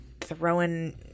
throwing